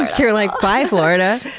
you're like bye, florida!